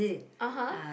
(uh huh)